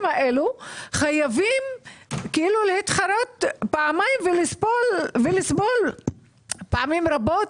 האלה חייבים כאילו להתחרט פעמיים ולסבול פעמים רבות,